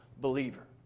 believer